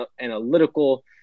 analytical